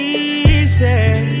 easy